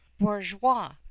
bourgeois